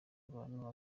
abantu